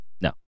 No